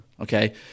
okay